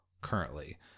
currently